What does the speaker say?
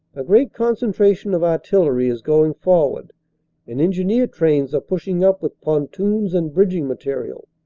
a great concentration of artillery is going forward and engineer trains are pushing up with pontoons and bridging material,